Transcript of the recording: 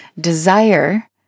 desire